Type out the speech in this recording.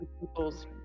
people's